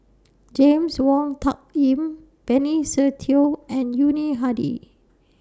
James Wong Tuck Yim Benny Se Teo and Yuni Hadi